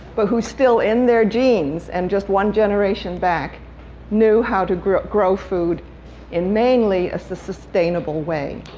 but who still in their genes and just one generation back knew how to grow grow food in mainly a sustainable way.